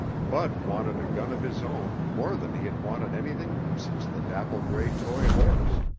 bud wanted a gun of his own more than he had wanted anything since the dapple-gray toy horse.